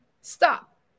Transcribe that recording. Stop